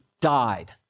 died